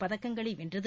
பதக்கங்களை வென்றது